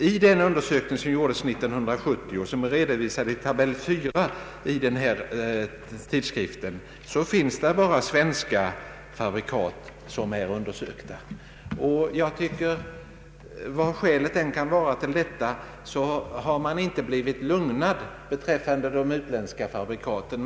I den undersökning som gjordes 1970, vilken redovisas i tabell 4 i tidskriften, ingick endast svenska fabrikat. Vad skälet än kan vara till detta, så har jag inte blivit lugnad beträffande de utländska fabrikaten.